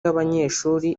y’abanyeshuri